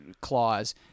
claws